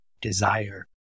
desire